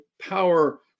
power